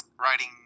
writing